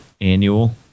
annual